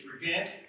repent